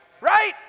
right